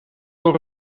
door